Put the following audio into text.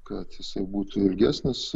kad jisai būtų ilgesnis